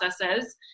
processes